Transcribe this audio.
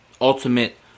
ultimate